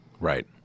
Right